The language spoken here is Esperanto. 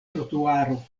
trotuaro